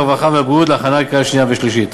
הרווחה והבריאות להכנה לקריאה שנייה ושלישית.